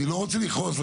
אני לא רוצה לכעוס.